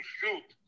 shoot